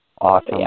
Awesome